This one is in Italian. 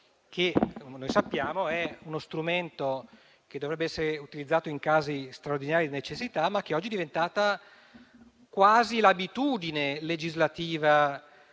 si tratta di uno strumento che dovrebbe essere utilizzato in casi straordinari di necessità, ma oggi è diventato quasi un'abitudine legislativa